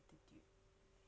attitude